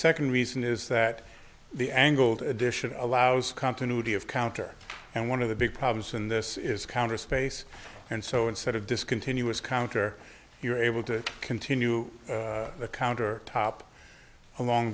second reason is that the angled addition of a louse continuity of counter and one of the big problems in this is counter space and so instead of discontinuous counter you're able to continue the counter top along